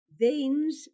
veins